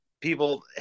people